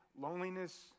loneliness